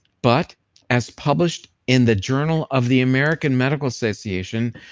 but as published in the journal of the american medical association,